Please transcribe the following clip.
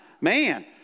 man